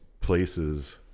places